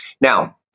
Now